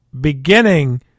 beginning